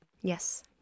Yes